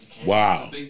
Wow